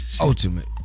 ultimate